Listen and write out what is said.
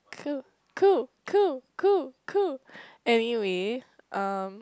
cool cool cool cool cool anyway uh